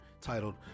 titled